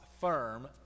firm